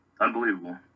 unbelievable